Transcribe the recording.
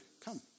Come